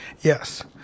Yes